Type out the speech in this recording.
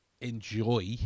enjoy